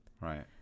Right